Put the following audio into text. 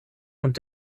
und